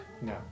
No